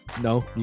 No